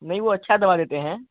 नहीं वह अच्छा दवा देते हैं